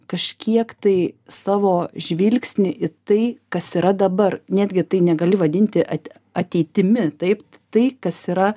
kažkiek tai savo žvilgsnį į tai kas yra dabar netgi tai negali vadinti at ateitimi taip tai kas yra